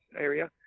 area